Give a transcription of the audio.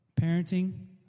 parenting